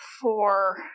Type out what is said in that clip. Four